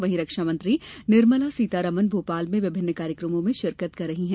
वहीं रक्षामंत्री निर्मला सीतारमन भोपाल में विभिन्न कार्यक्रमों में शिरकत कर रही हैं